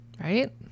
right